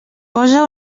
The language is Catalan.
posa